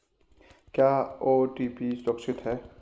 क्या ओ.टी.पी सुरक्षित है?